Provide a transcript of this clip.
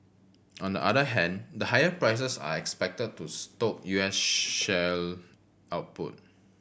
on the other hand the higher prices are expected to stoke U S shale output